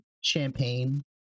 champagne